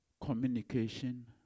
Communication